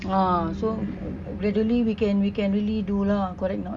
ah so gradually we can we can really do lah correct or not